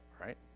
right